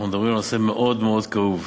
אנחנו מדברים על נושא מאוד מאוד כאוב.